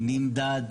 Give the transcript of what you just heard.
נמדד,